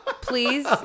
Please